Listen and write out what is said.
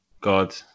god